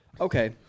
okay